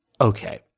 Okay